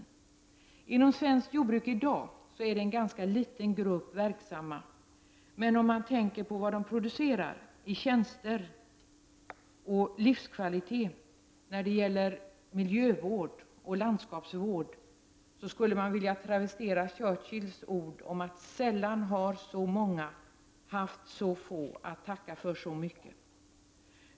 Det är en ganska liten grupp som är verksam inom svenskt jordbruk i dag, men om jag tänker på vad de producerar i tjänster och livskvalitet, när det gäller miljövård och landskapsvård, skulle jag vilja travestera Churchills ord om att sällan har så många haft så få att tacka för så mycket.